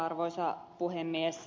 arvoisa puhemies